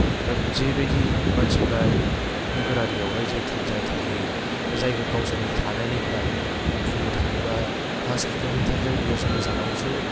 दा जेबायदि मानसिफोरा बेखौ नोगोरारियावहाय जे थायो जाय थायो दा जायगा गावसोरनि थानायनिफ्राय बुंनो थाङोबा पास किलमिटार रेदियास गोजानावसो